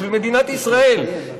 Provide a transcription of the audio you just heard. של מדינת ישראל,